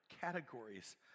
categories